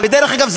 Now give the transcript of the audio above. ודרך אגב,